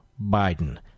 Biden